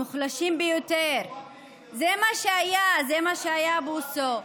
המוחלשים ביותר, זה מה שהיה, זה מה שהיה, בוסו.